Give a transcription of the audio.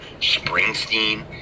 Springsteen